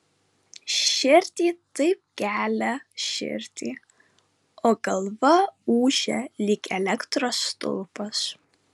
širdį taip gelia širdį o galva ūžia lyg elektros stulpas